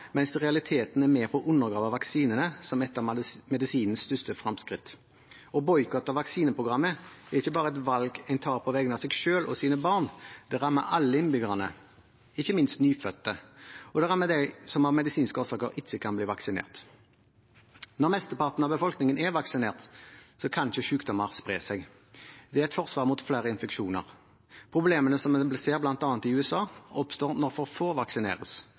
mens de i realiteten er med på å undergrave vaksinene, som er et av medisinens største fremskritt. Å boikotte vaksineprogrammet er ikke bare et valg en tar på vegne av seg selv og sine barn, det rammer alle innbyggerne, ikke minst nyfødte, og det rammer dem som av medisinske årsaker ikke kan bli vaksinert. Når mesteparten av befolkningen er vaksinert, kan ikke sykdommer spre seg. Det er et forsvar mot flere infeksjoner. Problemene som vi ser bl.a. i USA, oppstår når for få vaksineres.